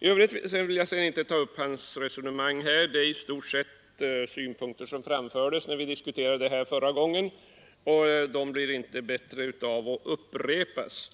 I övrigt vill jag inte ta upp herr Burenstam Linders resonemang här. Det är i stort sett synpunkter som framfördes när vi diskuterade aktieköpen förra gången, och de blir inte bättre av att upprepas.